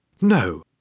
no